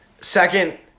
Second